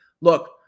look